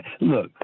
Look